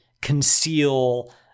conceal